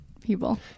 people